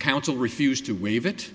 counsel refused to waive it